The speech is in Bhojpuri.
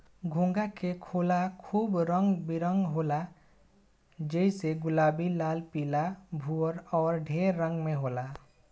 घोंघा के खोल खूब रंग बिरंग होला जइसे गुलाबी, लाल, पीला, भूअर अउर ढेर रंग में होला